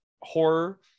horror